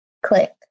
click